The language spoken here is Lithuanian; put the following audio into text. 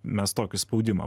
mes tokį spaudimą